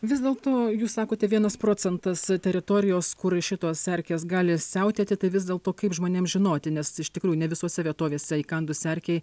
vis dėl to jūs sakote vienas procentas teritorijos kur šituos erkės gali siautėti tai vis dėlto kaip žmonėms žinoti nes iš tikrųjų ne visose vietovėse įkandus erkei